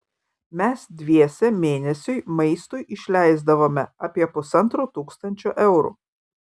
mes dviese mėnesiui maistui išleisdavome apie pusantro tūkstančio eurų